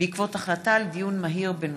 בעקבות דיון מהיר בהצעתם של חברי הכנסת יהודה גליק,